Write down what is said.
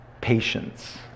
patience